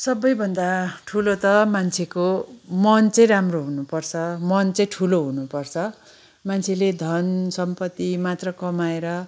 सबैभन्दा ठुलो त मान्छेको मन चाहिँ राम्रो हुनुपर्छ मन चाहिँ ठुलो हुनुपर्छ मान्छेले धन सम्पति मात्र कमाएर